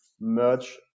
merge